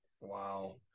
Wow